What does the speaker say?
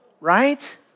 Right